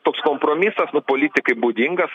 toks kompromisas politikai būdingas